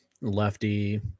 Lefty